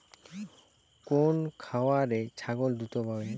কোন খাওয়ারে ছাগল দ্রুত বাড়ে?